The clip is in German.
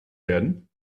werden